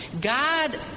God